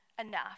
enough